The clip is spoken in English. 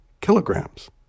kilograms